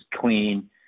clean